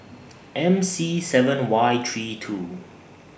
M C seven Y three two